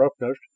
roughness